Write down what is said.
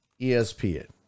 ESPN